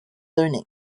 learning